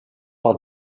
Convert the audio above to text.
par